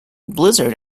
blizzard